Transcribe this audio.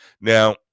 Now